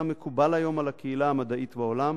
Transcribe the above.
מקובל היום על הקהילה המדעית בעולם.